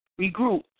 regroup